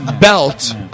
belt